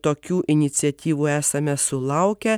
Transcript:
tokių iniciatyvų esame sulaukę